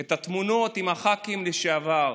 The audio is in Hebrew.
את התמונות עם הח"כים לשעבר.